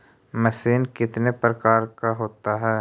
Machine कितने प्रकार का होता है?